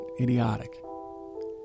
idiotic